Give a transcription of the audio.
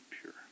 pure